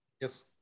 Yes